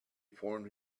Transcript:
formed